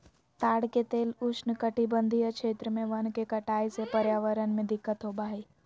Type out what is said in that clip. ताड़ के तेल उष्णकटिबंधीय क्षेत्र में वन के कटाई से पर्यावरण में दिक्कत होबा हइ